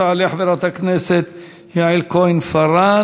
תעלה חברת הכנסת יעל כהן-פארן,